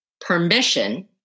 permission